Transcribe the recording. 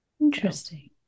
Interesting